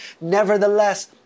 Nevertheless